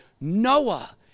Noah